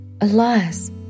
Alas